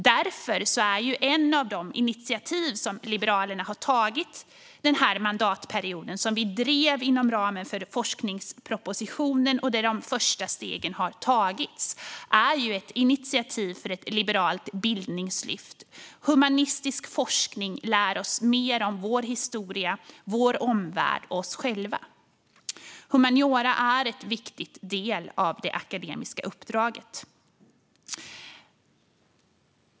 Därför är ett av de initiativ som Liberalerna har tagit den här mandatperioden, som vi drev inom ramen för forskningspropositionen och där de första stegen har tagits, ett initiativ för ett liberalt bildningslyft. Humanistisk forskning lär oss mer om vår historia, vår omvärld och oss själva. Humaniora är en viktig del av det akademiska uppdraget.